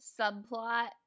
subplot